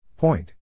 Point